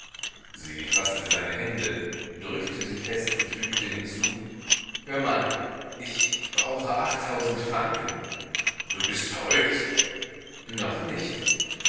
sie faßte seine hände drückte sie fest und fügte hinzu hör mal ich brauche achttausend franken du bist verrückt noch nicht